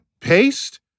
paste